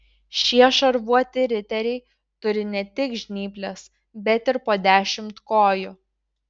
šie šarvuoti riteriai turi ne tik žnyples bet ir po dešimt kojų